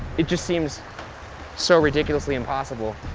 it just seems so ridiculously impossible.